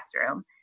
classroom